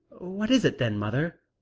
what is it, then, mother?